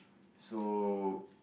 so